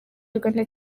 uganda